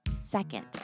second